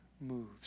moves